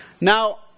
Now